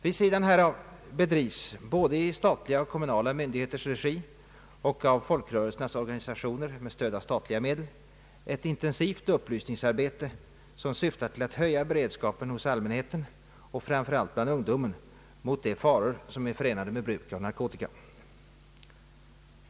Vid sidan härav bedrivs i både statliga och kommunala myndigheters regi och av folkrörelsernas organisationer med stöd av statliga medel ett intensivt upplysningsarbete som syftar till att höja beredskapen hos allmänheten — och framför allt bland ungdomen — mot de faror som är förenade med bruk av narkotika.